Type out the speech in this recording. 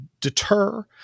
deter